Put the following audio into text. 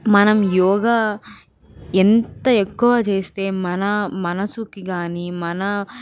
మనం యోగ ఎంత ఎక్కువ చేస్తే మన మనసుకి కాని మన